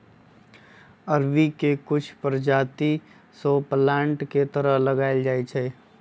अरबी के कुछ परजाति शो प्लांट के तरह लगाएल जाई छई